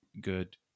good